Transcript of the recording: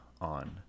on